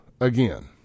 again